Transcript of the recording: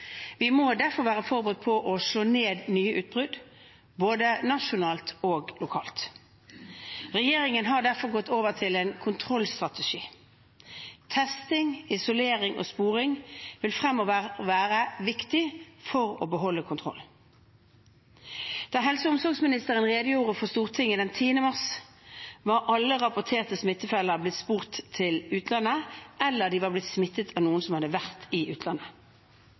å slå ned nye utbrudd, både nasjonalt og lokalt. Regjeringen har derfor gått over til en kontrollstrategi. Testing, isolering og sporing vil fremover være viktig for å beholde kontrollen. Da helse- og omsorgsministeren redegjorde for Stortinget den 10. mars, var alle rapporterte smittetilfeller blitt sporet til utlandet, eller de var blitt smittet av noen som hadde vært i utlandet.